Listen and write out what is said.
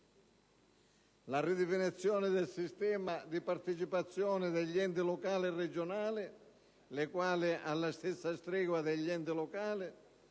la ridefinizione del sistema di partecipazione degli enti locali e regionali. Le Regioni, in particolare, alla stessa stregua degli enti locali,